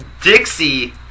Dixie